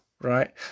right